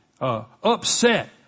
upset